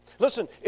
Listen